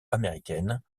américaine